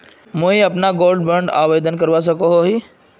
मुई अपना gold bond आवेदन करवा सकोहो ही?